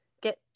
get